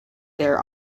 there